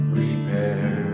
repair